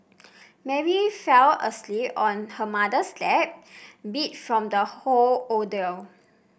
Mary fell asleep on her mother's lap beat from the whole ordeal